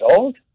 old